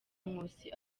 nkusi